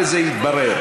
וזה יתברר.